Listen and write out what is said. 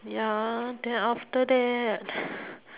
ya then after that